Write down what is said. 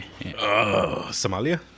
Somalia